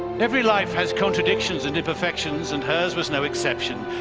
every life has contradictions and imperfections and hers was no exception,